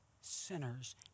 sinners